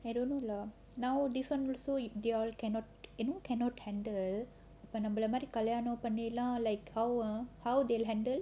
I don't know lah now this one also they all cannot you know cannot handle இப்ப நம்மல மாறி கல்யாணம் பண்ணிலாம்:ippa nammala maari kalyanam pannilaam like how ah how they will handle